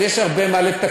אז יש הרבה מה לתקן,